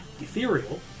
Ethereal